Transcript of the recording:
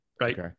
right